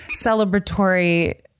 celebratory